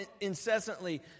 incessantly